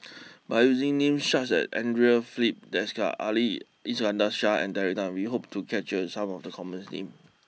by using names such as Andre Filipe Desker Ali Iskandar Shah and Terry Tan we hope to capture some of the common names